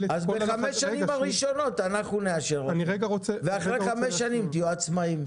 אז בחמש השנים הראשונות אנחנו נאשר את זה ואחרי חמש שנים תהיו עצמאיים.